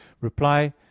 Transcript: Reply